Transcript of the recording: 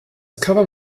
cover